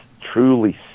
truly